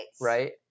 Right